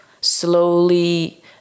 slowly